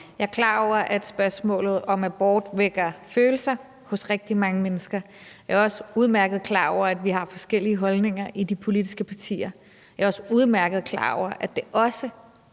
Jeg er klar over, at spørgsmålet om abort vækker følelser hos rigtig mange mennesker. Jeg er også udmærket klar over, at vi har forskellige holdninger i de politiske partier, og jeg er også udmærket klar over, at det også